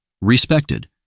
respected